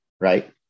right